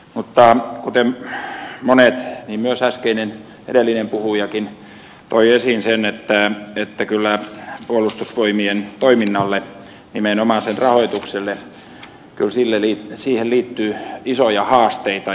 mutta kuten monet niin myös edellinenkin puhuja toi esiin sen että kyllä puolustusvoimien toimintaan nimenomaan sen rahoitukseen liittyy isoja haasteita